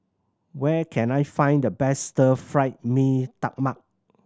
where can I find the best Stir Fry Mee Tai Mak